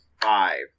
five